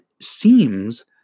seems